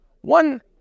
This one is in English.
one